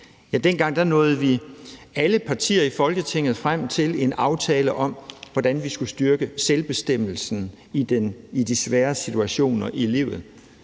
Dengang nåede alle partier i Folketinget frem til en aftale om, hvordan vi skulle styrke selvbestemmelsen i de svære situationer i livet.